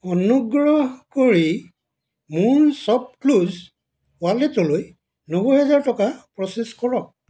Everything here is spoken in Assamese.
অনুগ্ৰহ কৰি মোৰ শ্ব'পক্লুজ ৱালেটলৈ নব্বৈ হাজাৰ টকা প্ৰ'চেছ কৰক